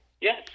yes